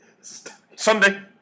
Sunday